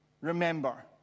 remember